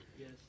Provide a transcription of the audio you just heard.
Yes